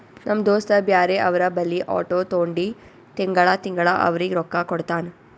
ನಮ್ ದೋಸ್ತ ಬ್ಯಾರೆ ಅವ್ರ ಬಲ್ಲಿ ಆಟೋ ತೊಂಡಿ ತಿಂಗಳಾ ತಿಂಗಳಾ ಅವ್ರಿಗ್ ರೊಕ್ಕಾ ಕೊಡ್ತಾನ್